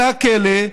אל הכלא,